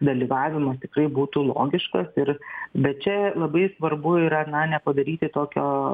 dalyvavimas tikrai būtų logiškas ir bet čia labai svarbu yra na nepadaryti tokio